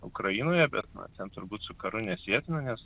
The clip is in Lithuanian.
ukrainoje bet na ten turbūt su karu nesietina nes